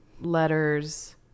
letters